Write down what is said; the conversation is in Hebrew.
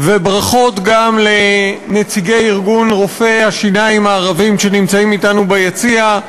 וברכות גם לנציגי ארגון רופאי השיניים הערבים שנמצאים אתנו ביציע.